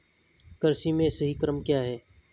कृषि में सही क्रम क्या है?